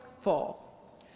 fall